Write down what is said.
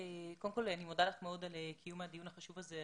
מאוד על קיום הדיון החשוב הזה.